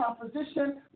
composition